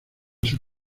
sus